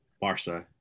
Barca